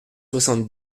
soixante